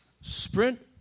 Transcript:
Sprint